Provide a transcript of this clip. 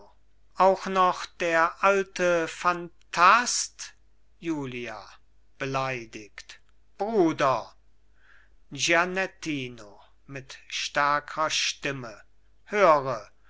auch noch der alte phantast julia beleidigt bruder gianettino mit stärkrer stimme höre